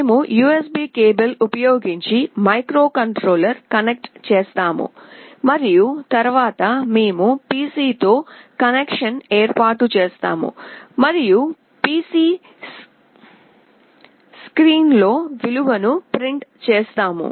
మేము USB cable ఉపయోగించి మైక్రోకంట్రోలర్ను కనెక్ట్ చేస్తాము మరియు తరువాత మేము పిసితో కనెక్షన్ను ఏర్పాటు చేస్తాము మరియు పిసి స్క్రీన్లో విలువను ప్రింట్ చేస్తాము